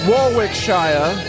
Warwickshire